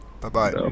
Bye-bye